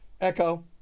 Echo